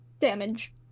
damage